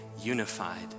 unified